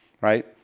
right